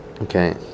okay